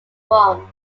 from